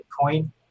Bitcoin